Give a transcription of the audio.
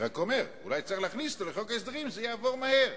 אני רק אומר: אולי צריך להכניס אותו לחוק ההסדרים שזה יעבור מהר.